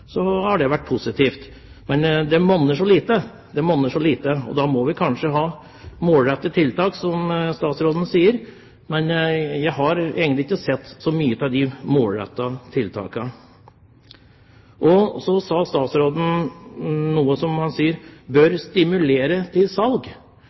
så lite, og da må vi kanskje ha målrettede tiltak, som statsråden sier. Jeg har egentlig ikke sett så mye av de målrettede tiltakene. Så sa statsråden at en bør «stimulere» til salg. Når en statsråd fra Senterpartiet og en sosialistisk regjering sier